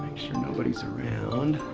sure nobody's around.